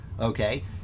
okay